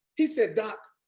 he said, doc,